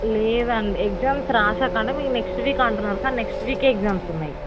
లేదండి ఎగ్జామ్స్ రాసాకంటే మీరు నెక్స్ట్ వీక్ అంటున్నారు కానీ నెక్స్ట్ వీకే ఎగ్జామ్స్ ఉన్నాయి